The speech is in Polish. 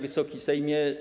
Wysoki Sejmie!